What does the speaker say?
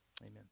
Amen